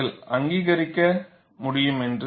நீங்கள் அங்கீகரிக்க முடியும் என்று